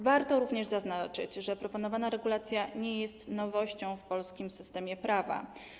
Warto również zaznaczyć, że proponowana regulacja nie jest nowością w polskim systemie prawa.